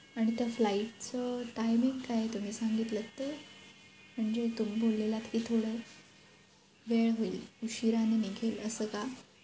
आणि त्या फ्लाईटचं टायमिंग काय तुम्ही सांगितलंत ते म्हणजे तुम्ही बोललेलात की थोडं वेळ होईल उशीराने निघेल असं का